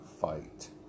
fight